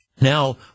now